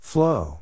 Flow